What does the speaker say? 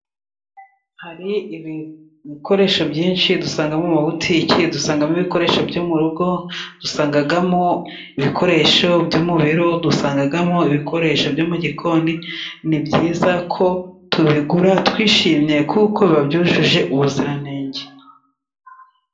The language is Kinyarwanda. Hari ibikoresho byinshi, dusanga mu mabutiki: dusangamo ibikoresho byo mu rugo, dusangagamo ibikoresho byo mu biro, dusangagamo ibikoresho byo mu gikoni. Ni byiza ko tubigura twishimye kuko biba byujuje ubuziranenge.